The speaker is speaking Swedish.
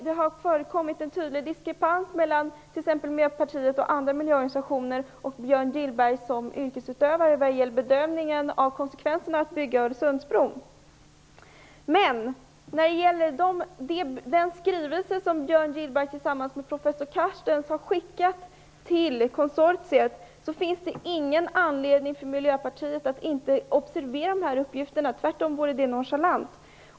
Det har varit en tydlig diskrepans mellan å ena sidan Miljöpartiet och andra miljöorganisationer och å andra sidan Björn Gillberg som yrkesutövare vad gäller bedömningen av konsekvenserna av att bygga Öresundsbron. Men när det gäller den skrivelse som Björn Gillberg tillsammans med professor Carstens har skickat till konsortiet finns det ingen anledning för Miljöpartiet att inte observera uppgifterna - det vore nonchalant.